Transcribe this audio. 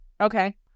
Okay